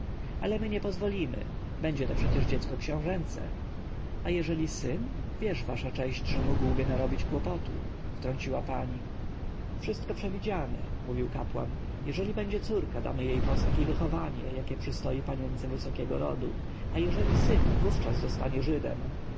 ale my nie pozwolimy będzie to przecież dziecko książęce a jeżeli syn wiesz wasza cześć że mógłby narobić kłopotu wtrąciła pani wszystko przewidziane mówił kapłan jeżeli będzie córka damy jej posag i wychowanie jakie przystoi panience wysokiego rodu a jeżeli syn wówczas zostanie żydem